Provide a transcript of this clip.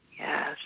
Yes